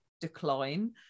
decline